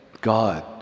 God